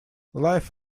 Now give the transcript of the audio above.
live